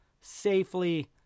safely